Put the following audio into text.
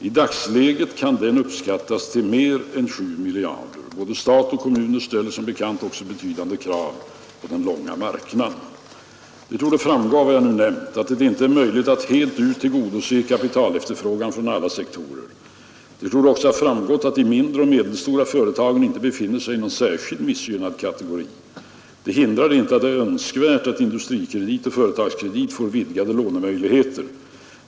I dagsläget kan den uppskattas till mer än 7 miljarder kronor. Både stat och kommuner ställer som bekant också betydande krav på den långa kapitalmarknaden. Det torde framgå av vad jag nu nämnt att det inte är möjligt att helt ut tillgodose kapitalefterfrågan från alla sektorer. Det torde också ha framgått att de mindre och medelstora företagen inte befinner sig i någon särskilt missgynnad kategori. Detta hindrar inte att det är önskvärt att Industrikredit och Företagskredit får vidgade lånemöjligheter.